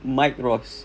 mike ross